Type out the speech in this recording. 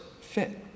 fit